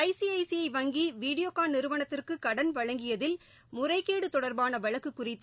ICICI வங்கி வீடியோகான் நிறுவனத்திற்கு கடன் வழங்கியதில் முறைகேடு தொடர்பான வழக்கு குறித்து